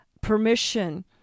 permission